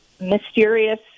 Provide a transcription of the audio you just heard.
mysterious